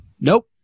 Nope